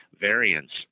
Variants